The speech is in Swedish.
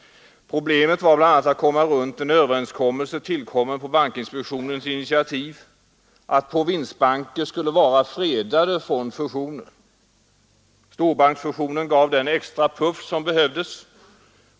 Problemet var bl.a. att komma runt en överenskommelse, tillkommen på bankinspektionens initiativ, att provinsbanker skulle vara fredade från fusioner. Storbanksfusionen gav den extra puff som behövdes.